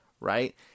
right